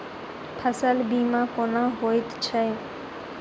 फसल बीमा कोना होइत छै?